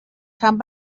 come